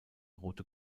rote